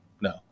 No